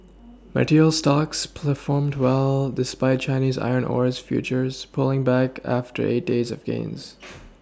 materials stocks performed well despite Chinese iron ores futures pulling back after eight days of gains